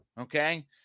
okay